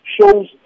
shows